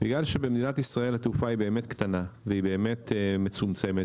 בגלל שבמדינת ישראל התעופה היא באמת קטנה והיא באמת מצומצמת,